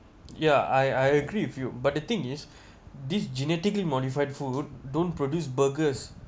yeah I I agree with you but the thing is this genetically modified food don't produce burgers